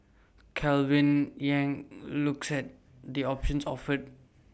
Calvin yang looks at the options offered